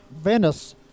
Venice